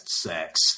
sex